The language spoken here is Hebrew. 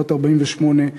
בת 48,